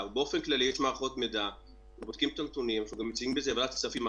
ואנחנו יודעים שמשרד הבריאות הוא הצרכן העיקרי.